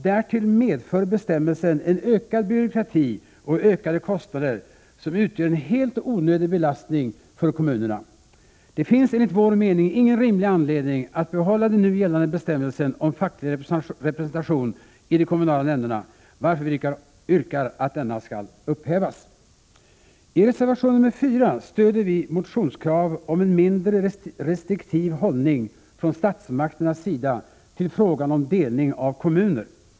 Därtill medför bestämmelsen en ökad byråkrati och ökade kostnader, som utgör en helt onödig belastning för kommunerna. Det finns enligt vår mening ingen rimlig anledning att behålla den nu gällande bestämmelsen om facklig representation i de kommunala nämnderna, varför vi yrkar att den skall upphävas. I reservation nr 4 stöder vi motionskrav om en mindre restriktiv hållning från statsmakternas sida till frågan om delning av kommuner.